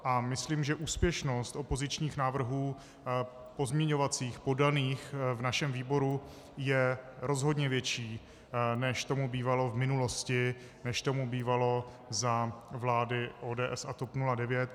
A myslím, že úspěšnost opozičních návrhů pozměňovacích, podaných v našem výboru, je rozhodně větší, než tomu bývalo v minulosti, než tomu bývalo za vlády ODS a TOP 09.